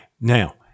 Now